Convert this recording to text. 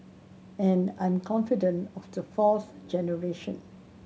and I'm confident of the fourth generation